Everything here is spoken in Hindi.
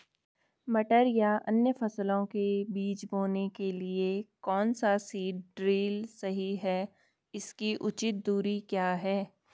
मटर या अन्य फसलों के बीज बोने के लिए कौन सा सीड ड्रील सही है इसकी उचित दूरी क्या है?